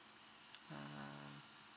ah